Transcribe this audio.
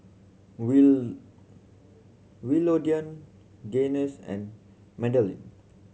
will Willodean Gaines and Madalynn